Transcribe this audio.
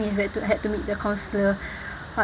if I had to meet the counsellor